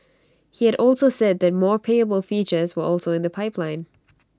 he had also said that more payable features were also in the pipeline